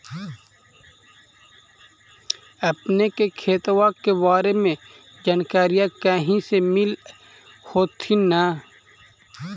अपने के खेतबा के बारे मे जनकरीया कही से मिल होथिं न?